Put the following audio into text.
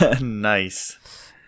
nice